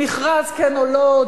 מכרז כן או לא,